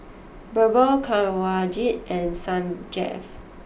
Birbal Kanwaljit and Sanjeev